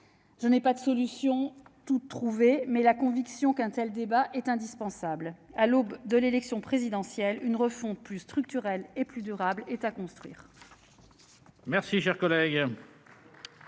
Je n'ai pas de solution toute trouvée, mais j'ai la conviction qu'un tel débat est indispensable. À l'aube de l'élection présidentielle, une refonte plus structurelle et plus durable est à construire.